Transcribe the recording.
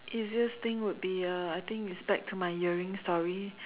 easiest thing would be uh I think it's back to my earring story